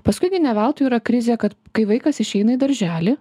paskui gi ne veltui yra krizė kad kai vaikas išeina į darželį